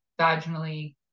vaginally